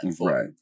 right